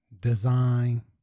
design